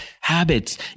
habits